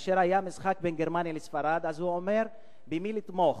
כאשר היה משחק בין גרמניה לספרד אז הוא אומר במי לתמוך: